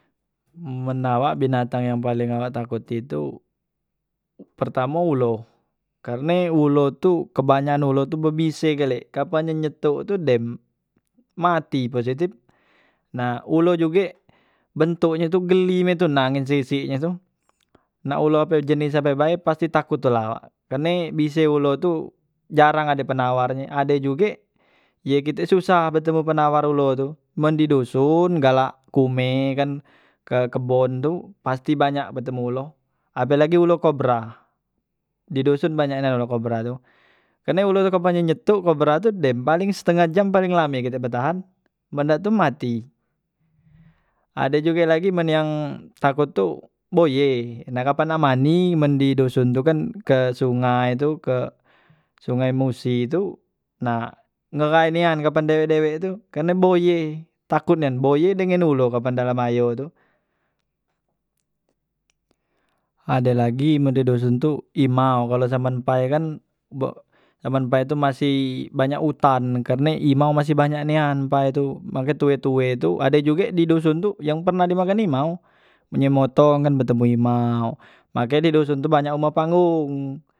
Men awak binantang yang paling awak takuti tu pertamo ulo, karne ulo tu kebanyakan ulo tu bebise gale kapan ye nyetuk tu dem mati positip nah ulo juge bentoknyo tu geli mak itu nah ngan sisek nye tu nak ulo ape jenis nye bae pasti takut tula awak karne bise ulo tu jarang ade penawar nye, ade juge ye kite susah betemu penawar ulo tu men di dusun galak ke humeh kan ke kebon tu pasti banyak betemu ulo apelagi ulo kobra di doson banyak nian ulo kobra tu, karne ulo kobra nye nyetok kobra tu dem paling setangah jam paling lame kite betahan men dak tu mati ade juge lagi men yang takot tu boye, nah kapan nak mandi men di doson tu kan ke sungai tu ke sungai musi tu nah ngeghai nian kapan dewek- dewek tu banyak boye, takut nian boye dengan ulo kapan dalam ayo tu, adelagi men di dusun tu imau kalo zaman mpai kan bek zaman mpai tu masih banyak utan karne imau masih banyak nian mpai tu make tue- tue tu, ade juge di doson tu yang pernah di makan imau me nye motong kan betemu imau make di doson tu banyak humah panggung.